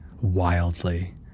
wildly